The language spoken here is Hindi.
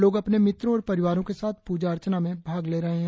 लोग अपने मित्रों और परिवारों के साथ प्रजा अर्चना में भाग ले रहे है